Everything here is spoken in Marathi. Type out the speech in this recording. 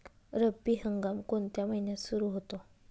रब्बी हंगाम कोणत्या महिन्यात सुरु होतो?